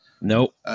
Nope